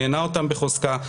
נענעה אותם בחוזקה,